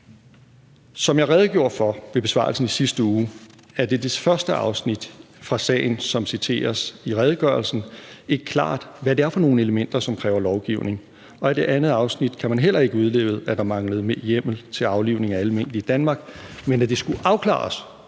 Som jeg redegjorde for ved besvarelsen i sidste uge, er det i det første afsnit fra sagen, som citeres i redegørelsen, ikke klart, hvad det er for nogle elementer, der kræver lovgivning. Og af det andet afsnit kan man heller ikke udlede, at der manglede hjemmel til aflivning af alle mink i Danmark, men at det skulle afklares,